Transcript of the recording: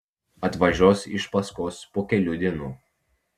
atvažiuos iš paskos po kelių dienų